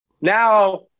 Now –